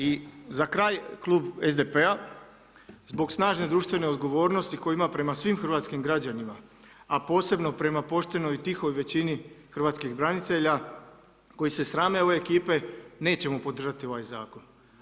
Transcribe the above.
I za kraj klub SDP-a zbog snažne društvene odgovornosti koju ima prema svima hrvatskim građanima a posebno prema poštenoj i tihoj većini hrvatskih branitelja koji se srame ove ekipe, nećemo podržati ovaj zakon.